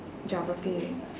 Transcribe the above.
geography